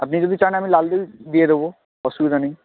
আপনি যদি চান আমি লাল দই দিয়ে দেবো অসুবিধা নেই